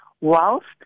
whilst